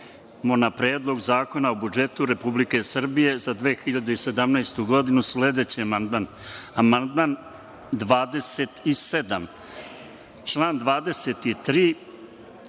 na Predlog zakona o budžetu Republike Srbije za 2017. godinu sledeći amandman. Amandman 27.